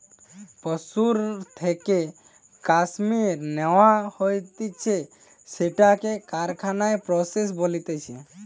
পশুর থেকে কাশ্মীর ন্যাওয়া হতিছে সেটাকে কারখানায় প্রসেস বলতিছে